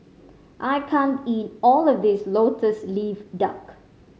I can't eat all of this Lotus Leaf Duck